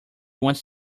wants